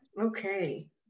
Okay